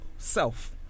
self